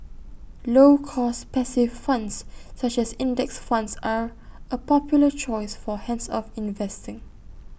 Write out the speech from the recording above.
low cost passive funds such as index funds are A popular choice for hands off investing